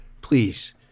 please